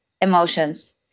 emotions